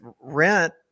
rent